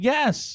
Yes